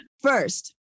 First